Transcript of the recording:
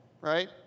Right